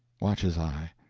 watch his eye.